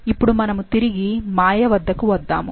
ఇప్పుడు మనము తిరిగి మాయ వద్దకు వద్దాము